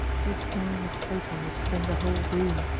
for the snoring of platon was filling the whole room,